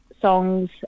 songs